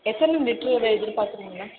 எத்தனை லிட்டரில் எதிர்பார்க்குறிங்க மேம்